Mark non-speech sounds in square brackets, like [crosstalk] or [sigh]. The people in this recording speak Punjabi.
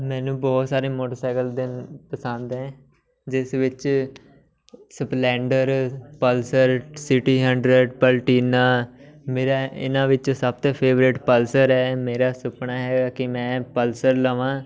ਮੈਨੂੰ ਬਹੁਤ ਸਾਰੇ ਮੋਟਰਸਾਈਕਲ [unintelligible] ਪਸੰਦ ਹੈ ਜਿਸ ਵਿੱਚ Splendor Pulsar CT hundred Platina ਮੇਰਾ ਇਹਨਾਂ ਵਿੱਚ ਸਭ ਤੋਂ ਫੇਵਰੇਟ ਪਲਸਰ ਹੈ ਮੇਰਾ ਸੁਪਨਾ ਹੈ ਕਿ ਮੈਂ ਪਲਸਰ ਲਵਾਂ